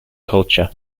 culture